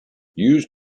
used